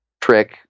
trick